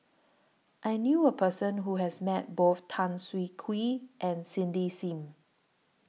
I knew A Person Who has Met Both Tan Siah Kwee and Cindy SIM